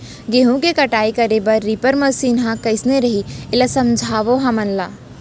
गेहूँ के कटाई करे बर रीपर मशीन ह कइसे रही, एला समझाओ हमन ल?